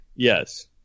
Yes